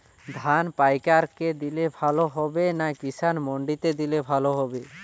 ধান পাইকার কে দিলে ভালো হবে না কিষান মন্ডিতে দিলে ভালো হবে?